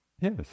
Yes